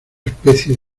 especie